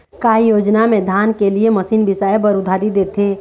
का योजना मे धान के लिए मशीन बिसाए बर उधारी देथे?